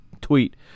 tweet